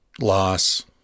loss